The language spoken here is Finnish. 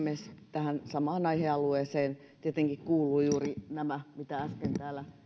tähän samaan aihealueeseen tietenkin kuuluvat juuri nämä mitä äsken täällä